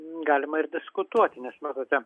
galima ir diskutuoti nes matote